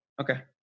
okay